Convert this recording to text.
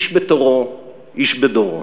איש בתורו, איש בדורו,